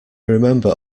remember